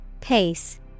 Pace